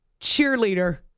cheerleader